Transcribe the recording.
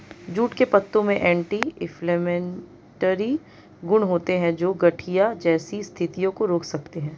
jute के पत्तों में एंटी इंफ्लेमेटरी गुण होते हैं, जो गठिया जैसी स्थितियों को रोक सकते हैं